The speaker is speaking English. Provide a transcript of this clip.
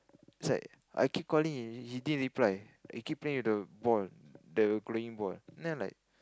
it's like I keep calling he didn't reply he keep playing with the ball the glowing ball then I'm like